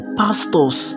pastors